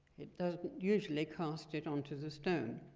it doesn't usually cast it onto the stone,